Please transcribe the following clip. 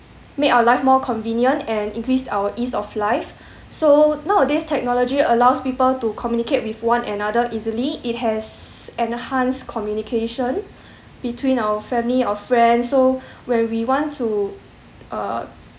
made our life more convenient and increased our ease of life so nowadays technology allows people to communicate with one another easily it has enhanced communication between our family or friends so when we want to uh